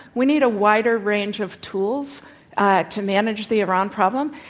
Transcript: we need a wider range of tools to manage the iran problem.